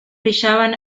brillaban